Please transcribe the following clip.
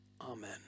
Amen